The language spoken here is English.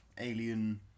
alien